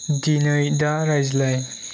दिनै दा रायज्लाय